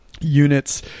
units